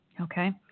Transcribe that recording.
Okay